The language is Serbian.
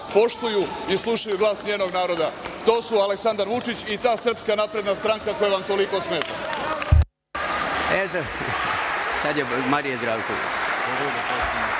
poštuju i slušaju glas njenog naroda. To su Aleksandar Vučić i ta Srpska napredna stranka koja vam toliko smeta. **Stojan Radenović**